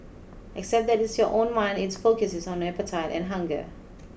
except that it's your own mind it's focuses on appetite and hunger